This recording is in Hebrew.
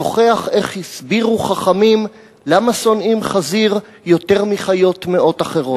שוכח איך הסבירו חכמים למה שונאים חזיר יותר מחיות טמאות אחרות,